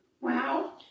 Wow